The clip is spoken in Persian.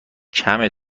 کمه